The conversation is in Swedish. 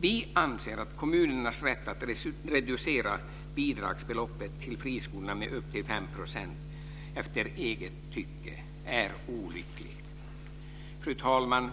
Vi anser att kommunernas rätt att reducera bidragsbeloppet till friskolorna med upp 5 % efter eget tycke är olycklig. Fru talman!